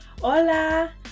Hola